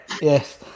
yes